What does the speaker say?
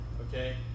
Okay